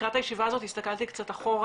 לקראת הישיבה הזאת הסתכלתי קצת אחורה